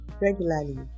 regularly